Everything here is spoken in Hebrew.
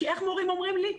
כי איך מורים אומרים לי?